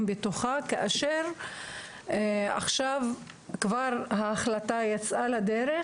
בתוכה כאשר עכשיו כבר ההחלטה יצאה לדרך,